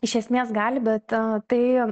iš esmės gali bet tai